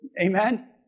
Amen